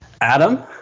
Adam